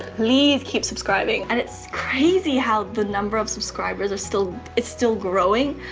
please keep subscribing. and it's crazy how the number of subscribers are still. is still growing